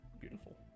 Beautiful